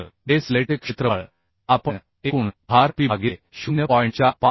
तर बेस प्लेटचे क्षेत्रफळ आपण एकूण भार p भागिले 0